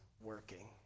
working